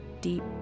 Deep